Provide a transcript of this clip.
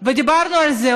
ודיברנו על זה,